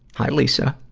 hi, lisa.